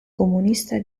comunista